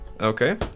Okay